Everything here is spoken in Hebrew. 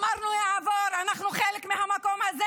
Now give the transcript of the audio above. אמרנו: זה יעבור, אנחנו חלק מהמקום הזה.